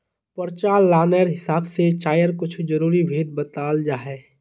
प्रचालानेर हिसाब से चायर कुछु ज़रूरी भेद बत्लाल जाहा